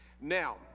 now